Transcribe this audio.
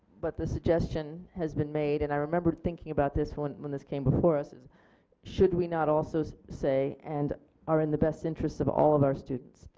but the suggestion has been made, and i remember thinking about this when when this came before us, should we not also say, and are in the best interest of all of our students.